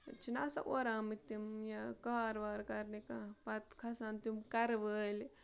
چھِنہ آسان اورٕ آمٕتۍ تِم یہِ کار وار کَرنہِ کانٛہہ پَتہٕ کھَسان تِم کَرٕ وٲلۍ